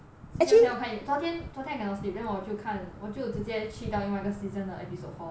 睡着觉可以昨天昨天 I cannot sleep then 我就看我就直接去到另外一个 season 的 episode four 了